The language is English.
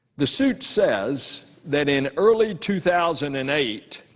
the suit says that in early two thousand and eight